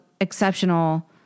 exceptional